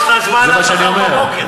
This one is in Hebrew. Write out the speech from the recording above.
יש לך זמן עד מחר בבוקר.